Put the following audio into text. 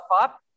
up